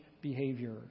behavior